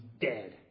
dead